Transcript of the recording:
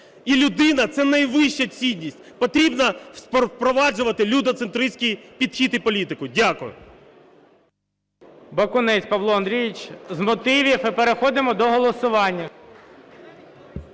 і людина – це найвища цінність. Потрібно впроваджувати людиноцентриський підхід і політику. Дякую. ГОЛОВУЮЧИЙ. Бакунець Павло Андрійович – з мотивів. І переходимо до голосування.